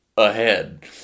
Ahead